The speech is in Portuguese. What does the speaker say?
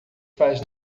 faz